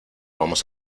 vamos